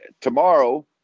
Tomorrow